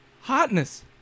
hotness